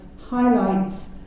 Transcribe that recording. highlights